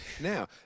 now